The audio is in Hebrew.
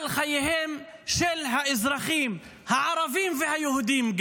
על חייהם של האזרחים הערבים וגם היהודים.